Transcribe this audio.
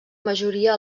majoria